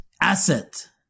Asset